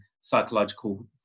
psychological